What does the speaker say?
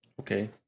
Okay